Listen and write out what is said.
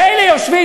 ואלה יושבים,